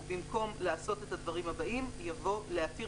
ובמקום "לעשות את הדברים הבאים:" יבוא "להתיר